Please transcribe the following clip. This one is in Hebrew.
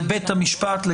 לבית המשפט.